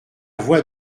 voix